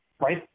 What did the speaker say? Right